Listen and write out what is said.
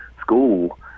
school